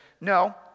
No